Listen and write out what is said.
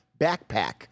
backpack